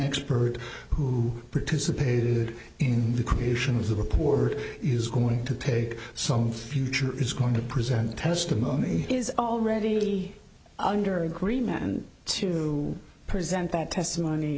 expert who participated in the creation of the report is going to take some future is going to present testimony is already under agreement and to present that testimony